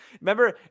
Remember